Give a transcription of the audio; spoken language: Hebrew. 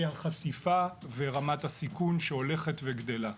החשיפה ורמת הסיכון שהולכת וגדלה.